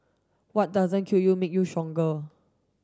what doesn't kill you make you stronger